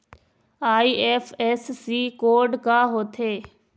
IFSC code का होथे?